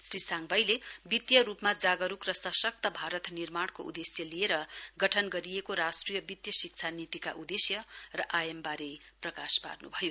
श्री साङभाईले वित्तीय रूपमा जागरूक र सशक्त भारत निर्माणको उदेश्य लिएर गठन गरिएको राष्ट्रिय वित्तीय शिक्षा नीतिका उदेश्य र आयामबारे प्रकाश पार्नुभयो